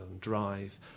drive